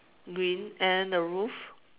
green and then the roof